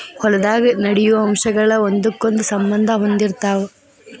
ಹೊಲದಾಗ ನಡೆಯು ಅಂಶಗಳ ಒಂದಕ್ಕೊಂದ ಸಂಬಂದಾ ಹೊಂದಿರತಾವ